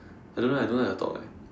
I don't know eh I don't like to talk eh